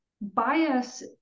bias